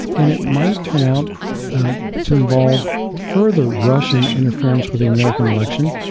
and it might turn out ah to involve further russian interference with the american election.